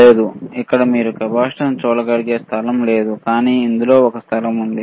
లేదు అక్కడ మీరు కెపాసిటెన్స్ చూడగలిగే స్థలం లేదు కానీ ఇందులో ఒక స్థలం ఉంది